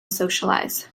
socialize